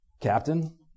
Captain